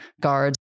guards